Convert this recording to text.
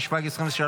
התשפ"ג 2023,